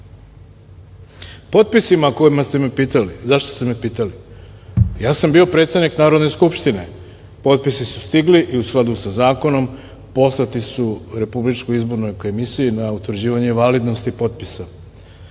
potpisima o kojima ste me pitali, zašto ste me pitali? Ja sam bio predsednik Narodne skupštine, potpisi su stigli i u skladu sa zakonom poslati su RIK na utvrđivanje validnosti potpisa.